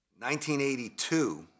1982